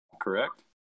correct